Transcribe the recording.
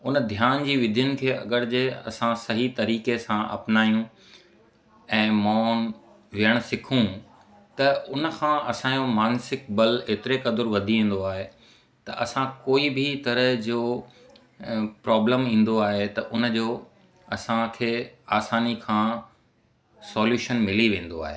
हुन ध्यान जी विधियुनि खे अगरि जे असां सही तरीक़े सां अपनायूं ऐं मौन विहण सिखूं त हुन खां असांजो मानसिक बल एतिरे कदूर वधी वेंदो आहे त असां कोई बि तरह जो प्रॉब्लम ईंदो आहे त हुनजो असांखे आसानी खां सॉल्यूशन मिली वेंदो आहे